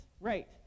Right